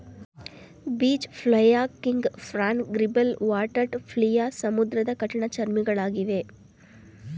beach flea, king prawn, gribble, water flea ಸಮುದ್ರದ ಕಠಿಣ ಚರ್ಮಿಗಳಗಿವೆ